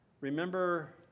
remember